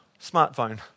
smartphone